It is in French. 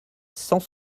cent